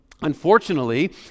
unfortunately